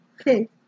Okay